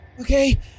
Okay